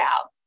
out